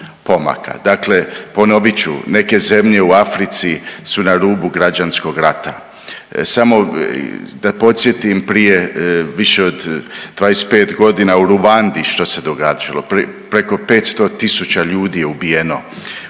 Dakle, ponovit ću, neke zemlje u Africi su na rubu građanskog rata. Samo da podsjetim prije više od 25 godina u Ruandi što se događao, preko 500.000 ljudi je ubijeno